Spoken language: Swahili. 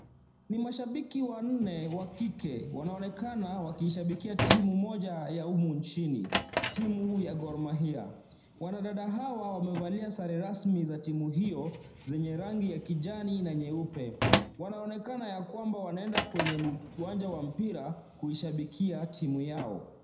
Ni mashabiki wanne wa kike wanaonekana wakishabikia timu moja ya humu nchini, timu ya Gor Mahia, wanadada hawa wamevalia sare rasmi za timu hiyo zenye rangi ya kijani na nyeupe, wanaonekana ya kwamba wanaenda kwenye uwanja wa mpira kuishabikia timu yao.